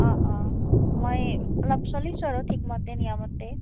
অঁ অঁ মই অলপ চলিছোঁ আৰু ঠিকমতে নিয়মতে